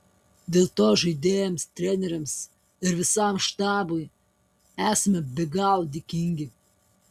dėl to žaidėjams treneriams ir visam štabui esame be galo dėkingi